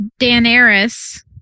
Daenerys